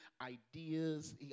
ideas